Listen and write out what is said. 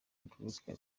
drake